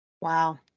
Wow